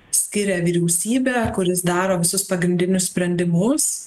skiria vyriausybę kuris daro visus pagrindinius sprendimus